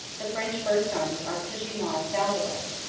the french first army are pushing on south of us,